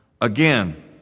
Again